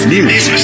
News